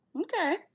okay